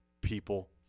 people